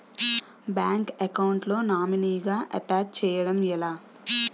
Bank account లో నామినీగా attach చేయడం ఎలా?